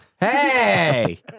Hey